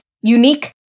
unique